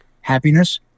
happiness